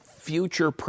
Future